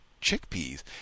chickpeas